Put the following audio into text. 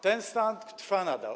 Ten stal trwa nadal?